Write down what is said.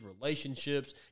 relationships